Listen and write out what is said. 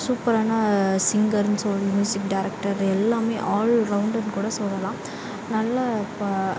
சூப்பரான சிங்கர்னு சொல்லி மியூசிக் டைரக்டரு எல்லாமே ஆல்ரவுண்டர்னு கூட சொல்லலாம் நல்லா இப்போ